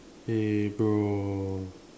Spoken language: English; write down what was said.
eh bro